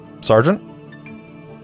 Sergeant